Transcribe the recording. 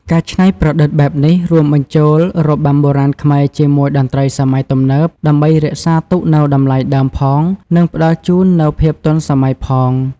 ការច្នៃប្រឌិតបែបនេះ រួមបញ្ចូលរបាំបុរាណខ្មែរជាមួយតន្ត្រីសម័យទំនើប ដើម្បីរក្សាទុកនូវតម្លៃដើមផង និងផ្តល់ជូននូវភាពទាន់សម័យផង។